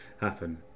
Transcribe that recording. happen